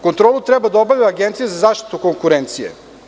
Kontrolu treba da obavlja Agencija za zaštitu konkurencije.